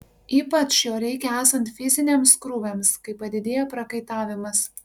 ypač jo reikia esant fiziniams krūviams kai padidėja prakaitavimas